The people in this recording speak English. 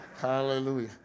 Hallelujah